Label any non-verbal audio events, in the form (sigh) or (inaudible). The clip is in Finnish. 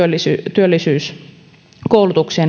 työllisyyskoulutuksia (unintelligible)